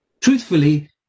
Truthfully